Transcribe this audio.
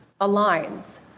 aligns